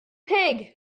pig